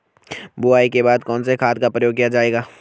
बुआई के बाद कौन से खाद का प्रयोग किया जायेगा?